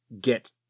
get